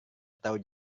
tahu